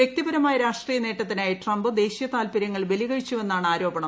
വ്യക്തിപരമായ രാഷ്ട്രീയ നേട്ടത്തിനായി ട്രംപ് ദേശീയ താല്പര്യങ്ങൾ ബലികഴിച്ചുവെന്നാണ് ആരോപണം